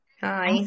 Hi